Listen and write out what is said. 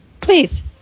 Please